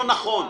לא נכון.